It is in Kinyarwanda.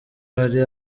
hari